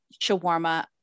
shawarma